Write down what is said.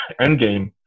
Endgame